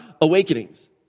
awakenings